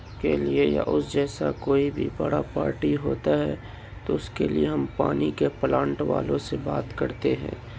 کے لیے یا اس جیسا کوئی بھی بڑا پارٹی ہوتا ہے تو اس کے لیے ہم پانی کے پلانٹ والوں سے بات کرتے ہیں